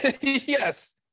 Yes